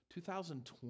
2020